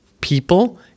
people